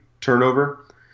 turnover